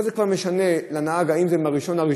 מה זה כבר משנה לנהג אם זה מ-1 ל-1,